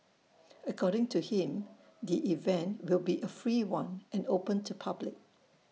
according to him the event will be A free one and open to public